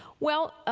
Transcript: well,